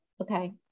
Okay